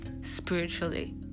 spiritually